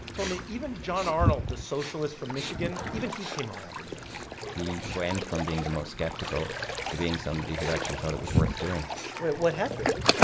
told me even john arnold, the socialist from michigan even he came around in the end he went from being the most skeptical to being somebody who actually thought it was worth doing what what happened?